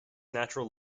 natural